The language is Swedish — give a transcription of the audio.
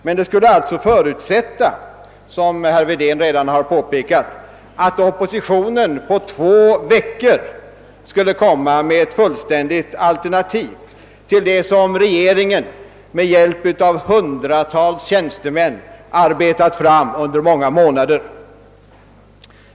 Men det skulle förutsätta, som herr Wedén redan har påpekat, att oppositionen på två veckor skulle framlägga ett fullständigt alternativ till det som regeringen med hjälp av hundratals tjänstemän har arbetat fram under många månader.